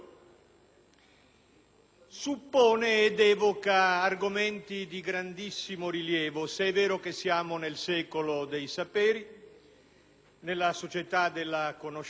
suppone ed evoca argomenti di grandissimo rilievo, se è vero che siamo nel secolo dei saperi, nella società della conoscenza;